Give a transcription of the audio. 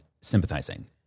sympathizing